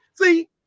See